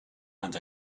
and